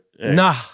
Nah